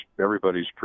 everybody's